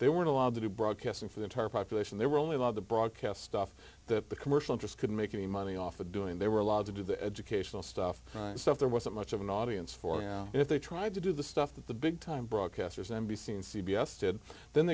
they weren't allowed to do broadcasting for the entire population they were only allowed to broadcast stuff that the commercial just couldn't make any money off of doing they were allowed to do the educational stuff and stuff there wasn't much of an audience for yeah if they tried to do the stuff that the big time broadcasters n b c and c b s did then